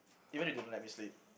even if they don't let me sleep